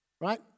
right